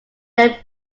their